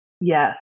Yes